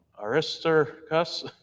Aristarchus